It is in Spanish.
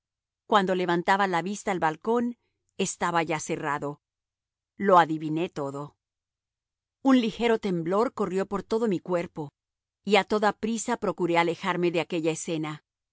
cuando levantaba la vista al balcón estaba ya cerrado lo adiviné todo un ligero temblor corrió por todo mi cuerpo y a toda prisa procuré alejarme de aquella escena